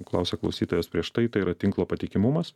klausė klausytojas prieš tai tai yra tinklo patikimumas